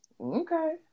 Okay